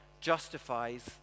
justifies